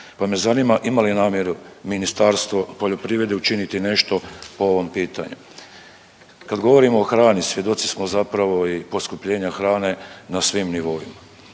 pa me zanima ima li namjeru Ministarstvo poljoprivrede učiniti nešto po ovom pitanju. Kad govorimo o hrani svjedoci smo zapravo i poskupljenja hrane na svim nivoima,